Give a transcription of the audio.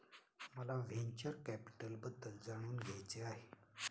मला व्हेंचर कॅपिटलबद्दल जाणून घ्यायचे आहे